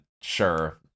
sure